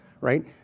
right